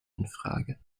infrage